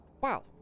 Wow